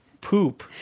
Poop